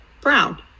brown